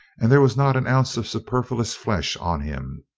and there was not an ounce of superfluous flesh on him.